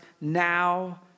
now